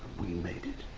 we made it.